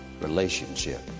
relationship